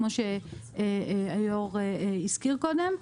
כמו שהיו"ר הזכיר קודם,